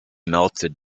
melted